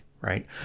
right